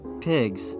pigs